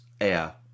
air